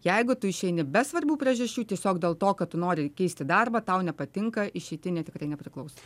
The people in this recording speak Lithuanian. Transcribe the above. jeigu tu išeini be svarbių priežasčių tiesiog dėl to kad tu nori keisti darbą tau nepatinka išeitinė tikrai nepriklauso